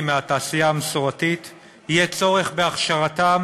מהתעשייה המסורתית יהיה צורך בהכשרתם